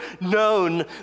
known